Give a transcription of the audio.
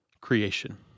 creation